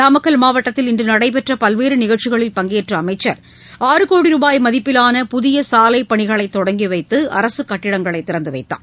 நாமக்கல் மாவட்டத்தில் இன்று நடைபெற்ற பல்வேறு நிகழ்ச்சிகளில் பங்கேற்ற அமைச்சர் ஆறு கோடி ரூபாய் மதிப்பிலான புதிய சாலைப்பணிகளை தொடங்கிவைத்து அரசு கட்டிடங்களை திறந்துவைத்தார்